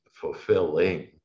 fulfilling